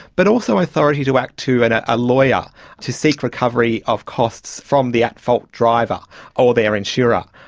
but also authority to act to and ah a lawyer to seek recovery of costs from the at-fault driver or their insurer.